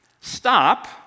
Stop